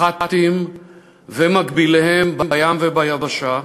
מח"טים ומקביליהם, בים וביבשה,